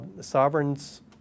sovereigns